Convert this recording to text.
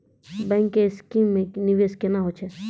Bank के scheme मे निवेश केना होय छै?